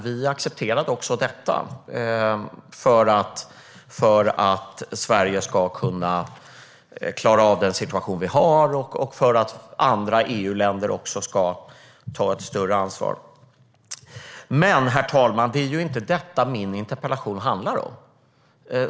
Vi accepterade också detta förslag för att Sverige ska klara rådande situation och för att andra EU-länder också ska ta ett större ansvar. Men, herr talman, det är inte detta min interpellation handlar om.